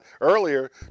earlier